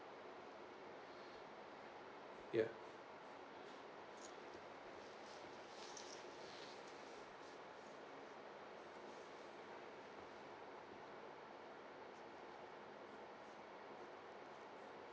ya